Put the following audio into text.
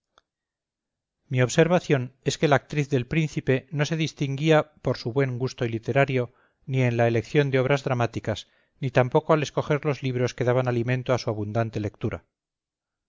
mi observación es que la actriz del príncipe no se distinguía por su buen gusto literario ni en la elección de obras dramáticas ni tampoco al escoger los libros que daban alimento a su abundante lectura